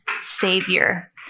savior